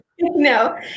No